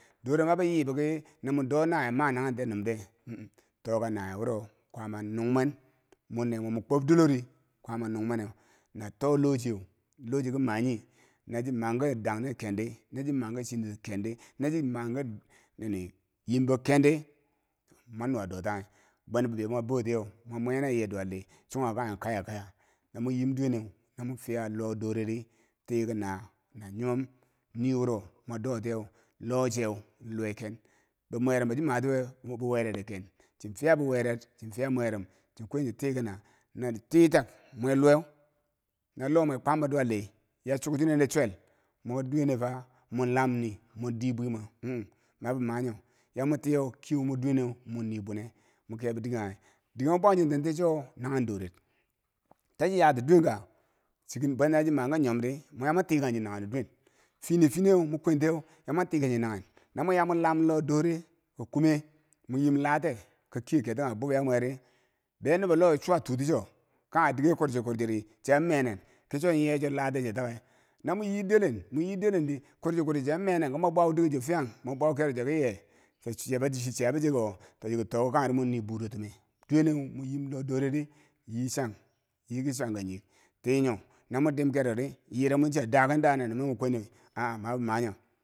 Dora mabi yi biki yire namo do naweye mananghe tiye na numde uu to ka naweye woro kwama nunmwen mornee mweu mokwob dulo ri kwama nungmweneu na to lo chiyeu locheu kima nyi? na chi manki dangne ken di no chi man ki chingi ken di, no chimanki nini yimbo kendi mwan nuwa dotanghe bwen bibeiyo mwa bo tiyeu mwi mwe na yeduwaldi chunghako kanghe kaya kayau mo yim duweneu mo fiya lo dore ri tikena nanyimom nii wuro mwa do tiyeu lo chew lowe ken be mwarom bo chi matiwe ye be mwaroreken chifiya be weren chi fiya mwarom chi kwon chi tii ki na tii tak mwaluweu nalo mwe kwambo duwaldi ya chukchinende chwel, moki duwene fa molam nii mo dii bwimeu huh mabo manyo yamo tiyeu kiyeu wo duweneu mon ni bwine mwi kebo dike kanghe deke mo bwangchinen tiyeu chowo nanghen doret tanyati duwen ka? chiki bwen tanno chi man ki nyom di mwaya mwantikang chii nanghendo duwen fini finiyen wo mo kwantiye yamwan tikanchi nanghen no mo yamo lam lo dore ke kume mo yim late ko kiye ket ti kanghe bubiyabwa ri be nubo lowe chuwa tuticho kanghe diker kwurchikwur chidi chian manen ki chon nye cho late cho tauwe? na moye delen mo ye delen di kurchi kurchi an me nen ki mwa bwau dikecho fiyang, mwa bwau kero cho kiye? chi chi chiyabo chekiwo to chiki to kangheri ki mwin nii buurotume duweneu mwi yim lo dore di yi chang yiki chwangka nyinyek tii nyo no mwi dim kerori yire mwi chia daken da nanimme mwi kweni aah ma bi ba nyo.